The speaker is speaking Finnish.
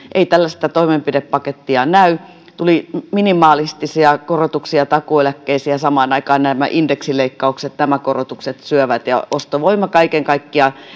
ei tällaista toimenpidepakettia näy tuli minimalistisia korotuksia takuueläkkeeseen ja samaan aikaan näemmä indeksileikkaukset nämä korotukset syövät ja ostovoima kaiken kaikkiaan